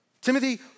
Timothy